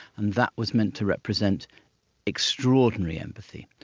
and that was meant to represent extraordinary empathy.